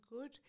good